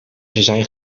zijn